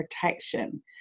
Protection